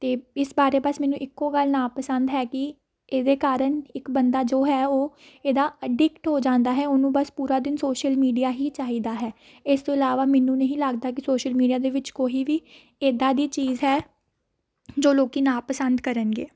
ਅਤੇ ਇਸ ਬਾਰੇ ਬਸ ਮੈਨੂੰ ਇੱਕੋ ਗੱਲ ਨਾਪਸੰਦ ਹੈ ਕਿ ਇਹਦੇ ਕਾਰਨ ਇੱਕ ਬੰਦਾ ਜੋ ਹੈ ਉਹ ਇਹਦਾ ਅਡਿਕਟ ਹੋ ਜਾਂਦਾ ਹੈ ਉਹਨੂੰ ਬਸ ਪੂਰਾ ਦਿਨ ਸੋਸ਼ਲ ਮੀਡੀਆ ਹੀ ਚਾਹੀਦਾ ਹੈ ਇਸ ਤੋਂ ਇਲਾਵਾ ਮੈਨੂੰ ਨਹੀਂ ਲੱਗਦਾ ਕਿ ਸੋਸ਼ਲ ਮੀਡੀਆ ਦੇ ਵਿੱਚ ਕੋਈ ਵੀ ਇੱਦਾਂ ਦੀ ਚੀਜ਼ ਹੈ ਜੋ ਲੋਕੀਂ ਨਾਪਸੰਦ ਕਰਨਗੇ